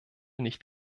nicht